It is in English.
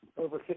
over